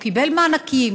או קיבל מענקים,